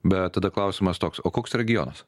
bet tada klausimas toks o koks regionas